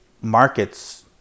markets